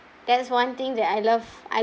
that's one thing that I love I